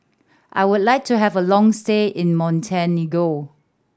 I would like to have a long stay in Montenegro